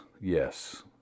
yes